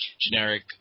generic